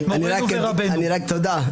תודה.